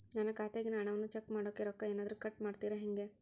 ನನ್ನ ಖಾತೆಯಾಗಿನ ಹಣವನ್ನು ಚೆಕ್ ಮಾಡೋಕೆ ರೊಕ್ಕ ಏನಾದರೂ ಕಟ್ ಮಾಡುತ್ತೇರಾ ಹೆಂಗೆ?